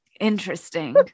interesting